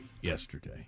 yesterday